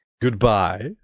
Goodbye